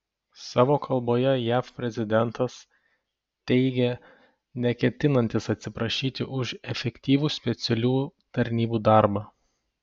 savo kalboje jav prezidentas teigė neketinantis atsiprašyti už efektyvų specialių tarnybų darbą